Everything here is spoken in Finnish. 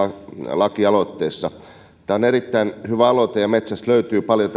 lakialoitteessa tämä on erittäin hyvä aloite metsästä löytyy paljon